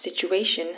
situation